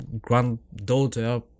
granddaughter